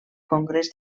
congrés